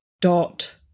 dot